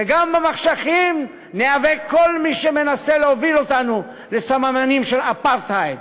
וגם במחשכים ניאבק בכל מי שמנסה להוביל אותנו לסממנים של אפרטהייד.